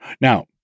Now